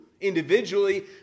individually